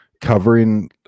covering